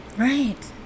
Right